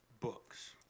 books